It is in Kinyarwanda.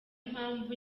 mpamvu